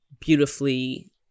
beautifully